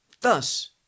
thus